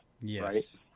Yes